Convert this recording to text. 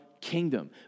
kingdom